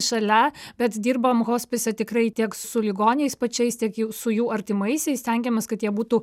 šalia bet dirbam hospise tikrai tiek su ligoniais pačiais tiek jau su jų artimaisiais stengiamės kad jie būtų